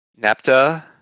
Napta